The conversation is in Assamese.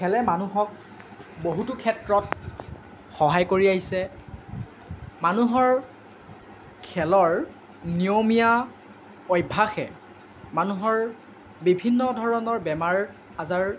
খেলে মানুহক বহুতো ক্ষেত্ৰত সহায় কৰি আহিছে মানুহৰ খেলৰ নিয়মীয়া অভ্যাসে মানুহৰ বিভিন্ন ধৰণৰ বেমাৰ আজাৰ